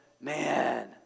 Man